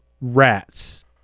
rats